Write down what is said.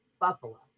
Buffalo